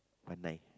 one nine